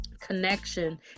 connection